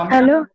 Hello।